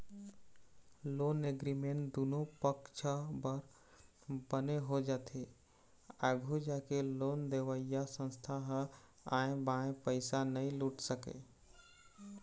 loan agreement दुनो पक्छ बर बने हो जाथे आघू जाके लोन देवइया संस्था ह आंय बांय पइसा नइ लूट सकय